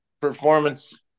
performance